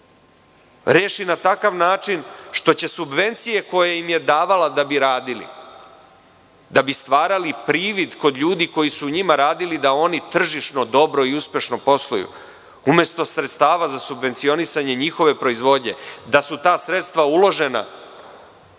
reši na takav način što će subvencije koje im je davala da bi radili, da bi stvarali privid kod ljudi koji su u njima radili, da oni tržišno dobro i uspešno posluju, umesto sredstava za subvencionisanje njihove proizvodnje da su ta sredstva uložena